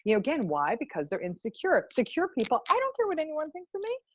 you know again, why? because they're insecure. secure people, i don't care what anyone thinks of me.